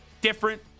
different